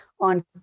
on